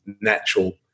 natural